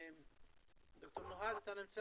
בוקר